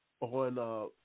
on